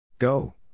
Go